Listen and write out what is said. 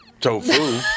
tofu